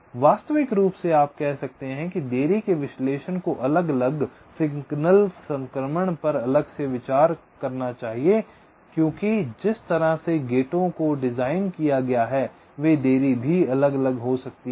तो वास्तविक रूप से आप कह सकते हैं कि देरी के विश्लेषण को अलग अलग सिग्नल संक्रमण पर अलग से विचार करना चाहिए क्योंकि जिस तरह से गेटों को डिज़ाइन किया गया है वे देरी भी अलग अलग हो सकती हैं